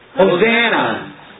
Hosanna